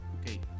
Okay